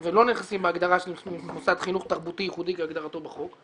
והם לא נכנסים בהגדרה של מוסד חינוך תרבותי ייחודי כהגדרתו בחוק,